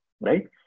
Right